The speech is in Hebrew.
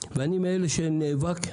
ואני בין אלה שנאבקים